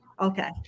okay